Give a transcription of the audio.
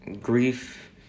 grief